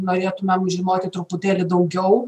norėtumėm žinoti truputėlį daugiau